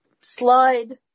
slide